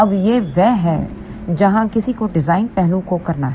अब यह वह है जहां किसी को डिजाइन पहलू को करना है